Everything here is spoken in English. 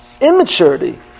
immaturity